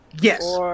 Yes